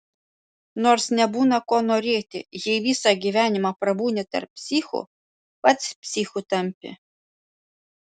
nors nebūna ko norėti jei visą gyvenimą prabūni tarp psichų pats psichu tampi